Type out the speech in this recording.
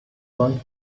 بانک